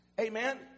Amen